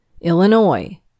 Illinois